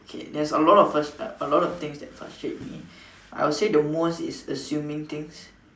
okay there's a lot of first uh a lot of things that frustrate me I'd say the most is assuming things